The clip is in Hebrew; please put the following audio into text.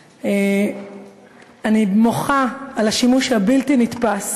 אני מוחה על השימוש הבלתי-נתפס